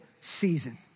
season